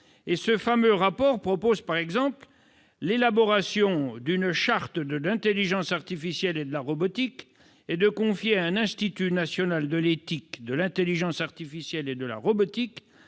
et Dominique Gillot proposent, par exemple, d'élaborer une charte de l'intelligence artificielle et de la robotique et de confier à un institut national de l'éthique de l'intelligence artificielle et de la robotique